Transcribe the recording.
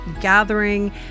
gathering